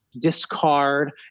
discard